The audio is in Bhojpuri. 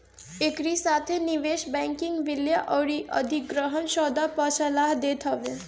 एकरी साथे निवेश बैंकिंग विलय अउरी अधिग्रहण सौदा पअ सलाह देत हवे